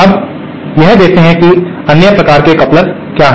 अब यह देखते हैं कि अन्य प्रकार के कपलर क्या हैं